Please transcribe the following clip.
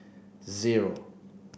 zero